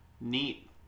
Neat